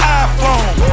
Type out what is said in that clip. iPhone